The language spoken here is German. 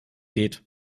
geht